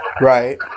Right